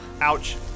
Ouch